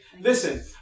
listen